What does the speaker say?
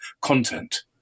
content